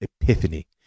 epiphany